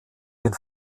den